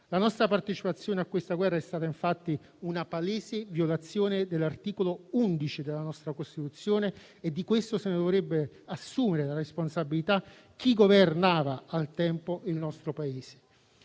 La nostra partecipazione a questa guerra è stata infatti una palese violazione dell'articolo 11 della nostra Costituzione e di questo se ne dovrebbe assumere la responsabilità chi governava al tempo il nostro Paese.